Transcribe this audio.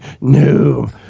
no